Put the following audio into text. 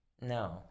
No